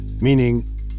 meaning